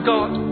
God